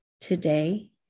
today